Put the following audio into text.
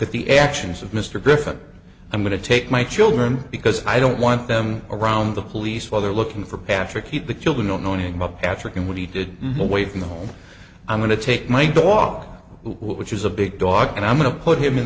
at the actions of mr griffin i'm going to take my children because i don't and them around the police while they're looking for patrick eat the children don't know anything about patrick and what he did away from the home i'm going to take my dog which is a big dog and i'm going to put him in